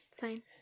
Fine